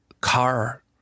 car